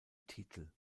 titel